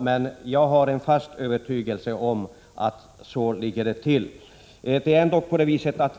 men jag har en fast övertygelse om att det ligger till på det sättet.